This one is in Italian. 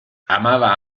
amava